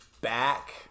back